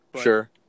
sure